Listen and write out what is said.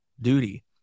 duty